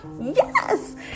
yes